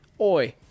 Oi